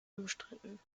umstritten